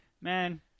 man